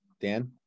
Dan